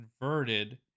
converted